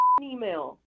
email